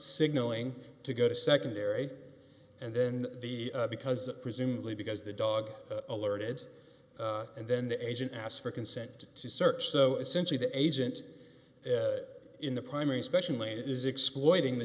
signaling to go to secondary and then the because presumably because the dog alerted and then the agent asked for consent to search so essentially the agent in the primary special lane is exploiting the